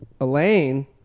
Elaine